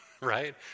right